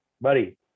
buddy